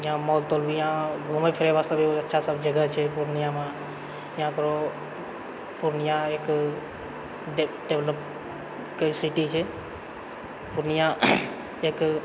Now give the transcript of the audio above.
यहाँ मोल तौल भी यहाँ घुमै फिरै वास्तऽ भी अच्छा सब जगह छै पूर्णियामे यहाँ पूर्णियामे एक डेवलपके सिटी छै पूर्णिया एक